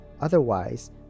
otherwise